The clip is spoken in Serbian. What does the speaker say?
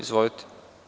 Izvolite.